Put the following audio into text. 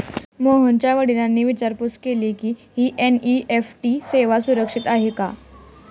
मोहनच्या वडिलांनी विचारपूस केली की, ही एन.ई.एफ.टी सेवा सुरक्षित आहे का?